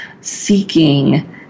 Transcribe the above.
seeking